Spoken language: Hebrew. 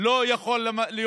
אבל מתבטלים ביום ראשון,